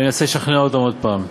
אני אנסה לשכנע אותם עוד פעם.